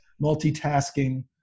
multitasking